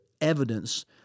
evidence